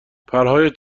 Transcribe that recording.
پرهای